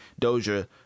Doja